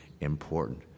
important